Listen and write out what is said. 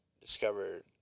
discovered